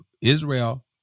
Israel